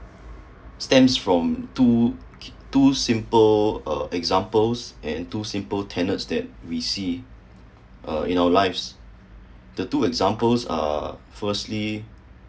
stands from two two simple uh examples and two example uh tenance that we see uh you know lives the two examples are firstly